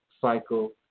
cycle